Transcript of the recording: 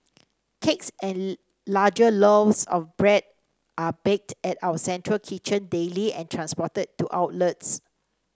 cakes and larger loaves of bread are baked at our central kitchen daily and transported to outlets